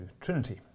Trinity